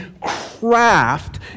craft